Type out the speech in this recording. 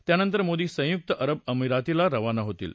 त्या नंतर मोदी संयुक्त अरब अमिरातीला रवाना होतील